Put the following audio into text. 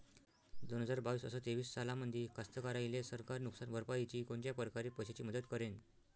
दोन हजार बावीस अस तेवीस सालामंदी कास्तकाराइले सरकार नुकसान भरपाईची कोनच्या परकारे पैशाची मदत करेन?